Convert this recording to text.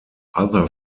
other